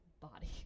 body